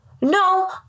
no